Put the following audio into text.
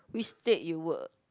which state you work